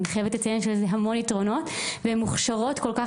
אני חייבת לציין שיש לזה המון יתרונות והן מוכשרות כל כך